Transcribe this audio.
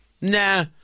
Nah